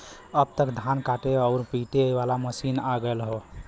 अब त धान काटे आउर पिटे वाला मशीन आ गयल हौ